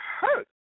hurt